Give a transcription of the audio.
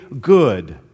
good